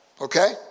Okay